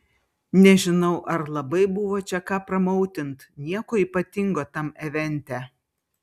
nežinau ar labai buvo čia ką promautint nieko ypatingo tam evente